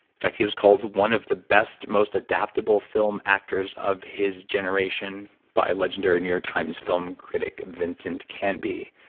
in fact, he was called one of the best, most adaptable film actors of his generation by a legendary new york times film critic vincent canby.